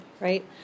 right